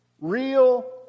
real